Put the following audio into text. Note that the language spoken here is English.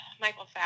Michael